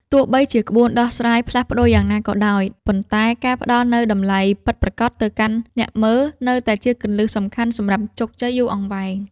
ទោះបីជាក្បួនដោះស្រាយផ្លាស់ប្តូរយ៉ាងណាក៏ដោយ ប៉ុន្តែការផ្ដល់នូវតម្លៃពិតប្រាកដទៅកាន់អ្នកមើល នៅតែជាគន្លឹះសំខាន់សម្រាប់ជោគជ័យយូរអង្វែង។